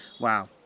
Wow